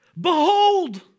behold